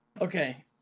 Okay